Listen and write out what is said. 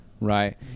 right